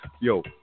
Yo